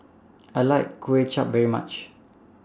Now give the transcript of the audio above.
I like Kway Chap very much